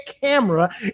camera